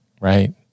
Right